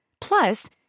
Plus